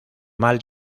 mal